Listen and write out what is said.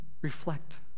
reflect